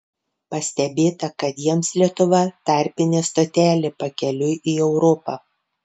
pastebėta kad jiems lietuva tarpinė stotelė pakeliui į europą